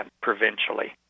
provincially